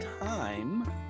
time